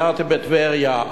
סיירתי בטבריה,